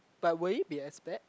but will it be as bad